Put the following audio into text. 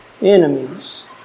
enemies